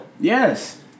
yes